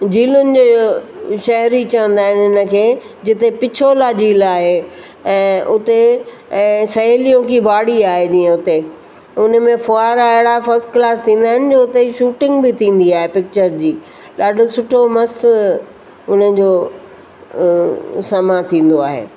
झीलनि जो शहर ही चवंदा आहिनि हिनखे जिते पिछोला झील आहे ऐं उते ऐं सहेलियूं की बाड़ी आहे जीअं हुते हुन में फुआरा फस्ट क्लास हूंदा आहिनि जो हुते शूटिंग बि थींदी आहे पिक्चर जी ॾाढो सुठो मस्तु हुनजो समा थींदो आहे